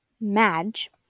Madge